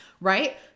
Right